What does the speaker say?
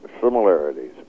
similarities